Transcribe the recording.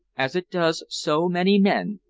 as it does so many men,